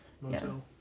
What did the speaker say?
motel